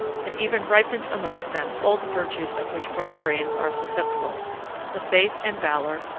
and even ripened amongst them all the virtues of which barbarians are susceptible the faith and valor,